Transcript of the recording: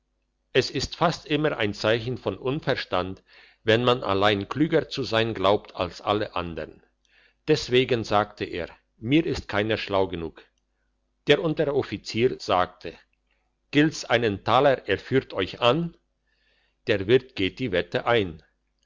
es ist fast immer ein zeichen von unverstand wenn man allein klüger zu sein glaubt als alle andern deswegen sagte er mir ist keiner schlau genug der unteroffizier sagte gilt's einen taler er führt euch an der wirt geht die wette ein